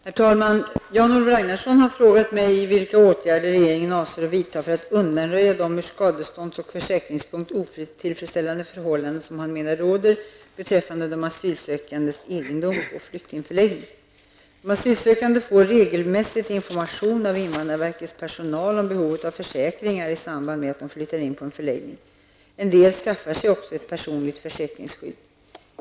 Herr talman! Jan-Olof Ragnarsson har frågat mig vilka åtgärder regeringen avser att vidta för att undanröja de från skadestånds och försäkringssynpunkt otillfredsställande förhållanden som han menar råder beträffande de asylsökandes egendom på flyktingförläggning. De asylsökande får regelmässigt information av invandrarverkets personal om behovet av försäkringar i samband med att de flyttar in på en förläggning. En del skaffar sig också ett personligt försäkringsskydd.